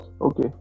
Okay